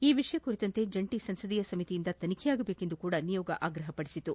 ಈ ವಿಷಯ ಕುರಿತಂತೆ ಜಂಟಿ ಸಂಸದೀಯ ಸಮಿತಿಯಿಂದ ತನಿಖೆಯಾಗಬೇಕೆಂದು ಸಹ ನಿಯೋಗ ಆಗ್ರಹಪಡಿಸಿತು